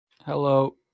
Hello